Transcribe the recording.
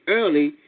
early